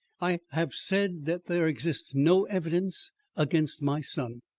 i have said that there exists no evidence against my son.